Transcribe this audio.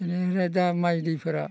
बेनिफ्राय दा माइ दैफोरा